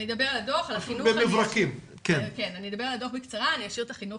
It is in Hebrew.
אני אדבר על הדו"ח בקצרה ואשאיר את החינוך